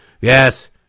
Yes